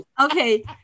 Okay